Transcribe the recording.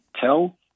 tell